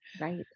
Right